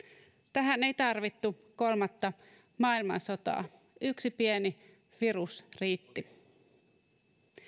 tähän ei tarvittu kolmatta maailmansotaa yksi pieni virus riitti